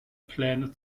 pläne